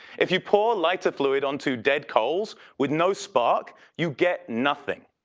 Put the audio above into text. if you pour lighter fluid onto dead coals with no spark, you get nothing.